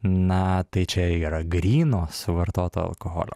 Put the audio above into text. na tai čia yra gryno suvartoto alkoholio